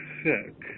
sick